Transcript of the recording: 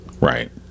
Right